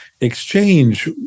exchange